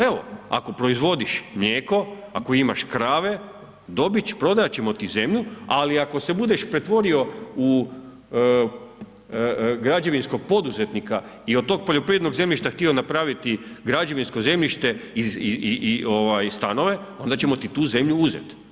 Evo, ako proizvodiš mlijeko, ako imaš krave, prodat ćemo ti zemlju ali ako se budeš pretvorio u građevinskog poduzetnika i od tog poljoprivrednog zemljišta htio napraviti građevinsko zemljište i ovaj stanove onda ćemo ti tu zemlju uzeti.